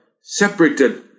Separated